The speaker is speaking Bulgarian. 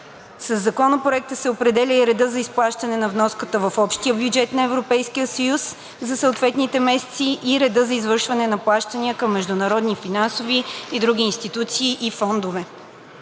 Със Законопроекта се определя и редът за изплащане на вноската в общия бюджет на Европейския съюз за съответните месеци и редът за извършване на плащания към международни финансови и други институции и фондове.